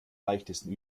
leichtesten